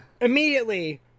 Immediately